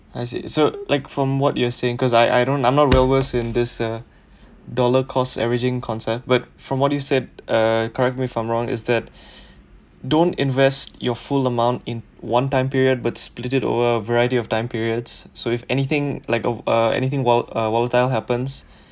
I see so like from what you're saying cause I I don't I'm not well-versed in this uh dollar cost averaging concept but from what you said uh correct me if I'm wrong is that don't invest your full amount in one time period but split it over a variety of time periods so if anything like uh anything vol~ uh volatile happens